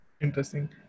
Interesting